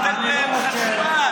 ייתן להם חשמל.